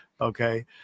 Okay